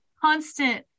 constant